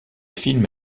film